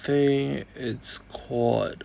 think it's called